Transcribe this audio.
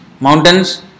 mountains